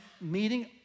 meeting